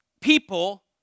people